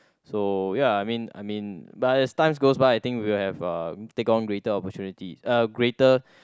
so ya I mean I mean but as times goes by I think we'll have uh take on greater opportunity uh greater